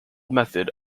method